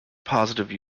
positive